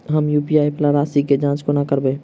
हम यु.पी.आई वला राशि केँ जाँच कोना करबै?